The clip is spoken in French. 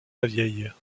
lavieille